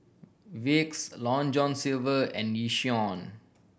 Vicks Long John Silver and Yishion